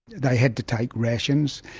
they had to take rations.